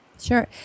Sure